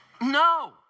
No